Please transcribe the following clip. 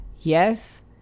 Yes